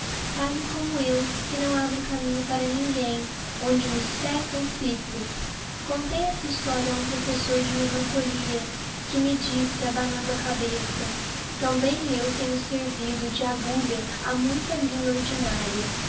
faze como eu que não abro caminho para ninguém onde me espetam fico contei esta historia a um professor de melancholia que me disse abanando a cabeça também eu tenho sertido de agulha a muita linha ordinária